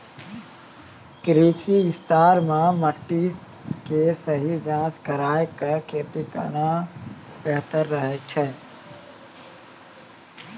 कृषि विस्तार मॅ मिट्टी के सही जांच कराय क खेती करना बेहतर रहै छै